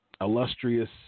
illustrious